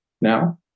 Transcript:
now